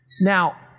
Now